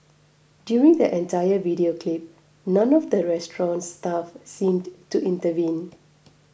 during the entire video clip none of the restaurant's staff seemed to intervene